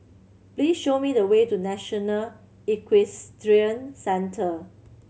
please show me the way to National Equestrian Centre